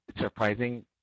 surprising